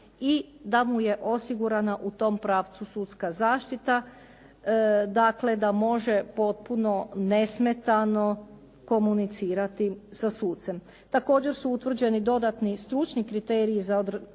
i da mu je osigurana u tom pravcu sudska zaštita, dakle da može potpuno nesmetano komunicirati sa sucem. Također su utvrđeni dodatni stručni kriteriji za određivanje